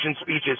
speeches